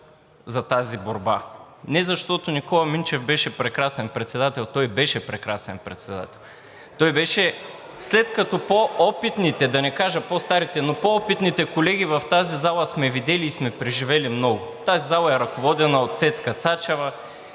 за тази борба. Не защото Никола Минчев беше прекрасен председател, той беше прекрасен председател. След като по-опитните, да не кажа по-старите, но по-опитните колеги в тази зала сме видели и сме преживели много. Тази зала е ръководена от Цецка Цачева,